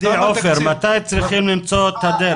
מתי צריכים למצוא את הדרך?